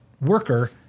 worker